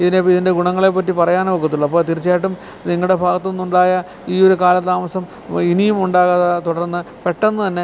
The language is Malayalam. ഇതിനെ ഇതിൻ്റെ ഗുണങ്ങളെപ്പറ്റി പറയാനൊക്കത്തുള്ളൂ അപ്പോൾ തീർച്ചയായിട്ടും നിങ്ങളുടെ ഭാഗത്തു നിന്നുണ്ടായ ഈ ഒരു കാലതാമസം ഇനിയും ഉണ്ടാകാം തുടർന്നു പെട്ടെന്നു തന്നെ